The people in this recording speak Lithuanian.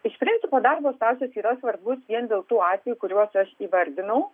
iš principo darbo stažas yra svarbus vien dėl tų atvejų kuriuos aš įvardinau